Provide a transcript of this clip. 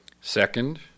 Second